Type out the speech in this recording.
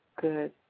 good